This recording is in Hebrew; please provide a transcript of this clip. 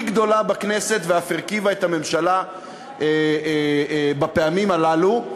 גדולה בכנסת ואף הרכיבה את הממשלה בפעמים הללו,